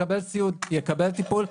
יקבל טיפול,